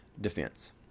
defense